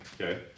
Okay